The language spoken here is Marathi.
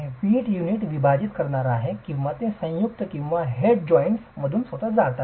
वीट युनिट विभाजित करणार आहे किंवा ते संयुक्त किंवा हेड जॉइन्ट्स मधून स्वतः जात आहे